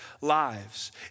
lives